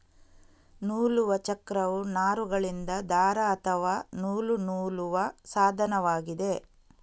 ನೂಲುವ ಚಕ್ರವು ನಾರುಗಳಿಂದ ದಾರ ಅಥವಾ ನೂಲು ನೂಲುವ ಸಾಧನವಾಗಿದೆ